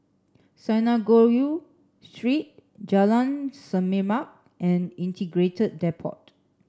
Synagogue Street Jalan Semerbak and Integrated Depot